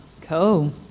Cool